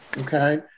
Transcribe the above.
okay